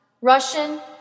Russian